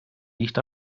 nicht